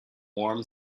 warm